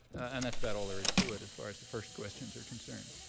and that's about all there is to it, as far as the first questions are concerned.